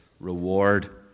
reward